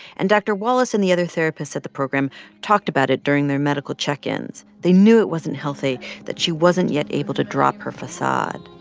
and dr. wallace and the other therapists at the program talked about it during their medical check-ins. they knew it wasn't healthy that she wasn't yet able to drop her facade.